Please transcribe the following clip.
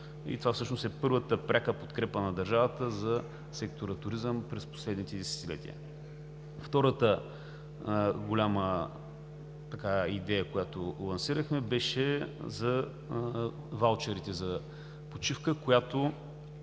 и това всъщност е първата пряка подкрепа на държавата за сектор „Туризъм“ през последните десетилетия. Втората голяма идея, която лансирахме, беше за ваучерите за почивка, която